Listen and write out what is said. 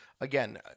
Again